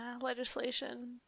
legislation